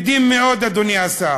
בודדים, בודדים מאוד, אדוני השר.